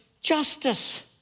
justice